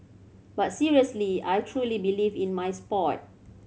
but seriously I truly believe in my sport